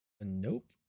Nope